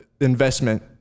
investment